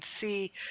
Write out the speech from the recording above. see